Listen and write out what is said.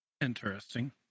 Interesting